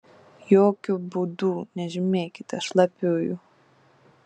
jokiu būdu nežymėkite šlapiųjų